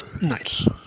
Nice